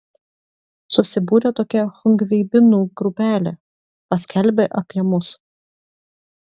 susibūrė tokia chungveibinų grupelė paskelbė apie mus